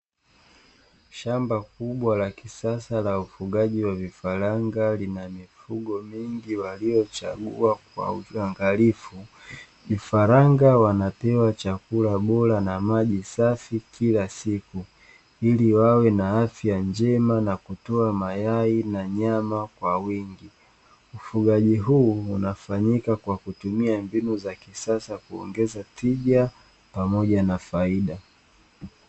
Shamba kubwa la kisasa la ufugaji wa vifaranga, lina mifugo mingi waliochagua kwa ukiangalifu, vifaranga wanapewa chakula bora na maji safi kila siku, ili wawe na afya njema na kutoa mayai na nyama kwa wingi ufugaji huu unafanyika kwa kutumia mbinu za kisasa kuongeza tija pamoja na faida.